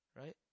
Right